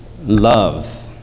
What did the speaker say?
love